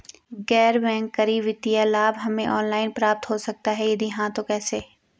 गैर बैंक करी वित्तीय लाभ हमें ऑनलाइन प्राप्त हो सकता है यदि हाँ तो कैसे?